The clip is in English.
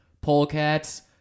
Polecats